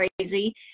Crazy